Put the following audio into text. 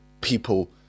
people